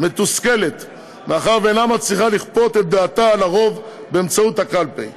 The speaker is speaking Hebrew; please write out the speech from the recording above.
מתוסכלת מאחר שאינה מצליחה לכפות את דעתה על הרוב באמצעות הקלפי?